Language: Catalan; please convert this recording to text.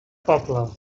pobla